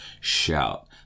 shout